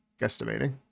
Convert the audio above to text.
guesstimating